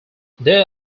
there